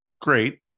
great